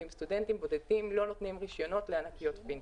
ועם סטודנטים בודדים לא נותנים רישיונות לענקיות פינטק.